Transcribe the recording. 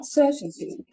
certainty